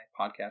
Podcast